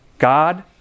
God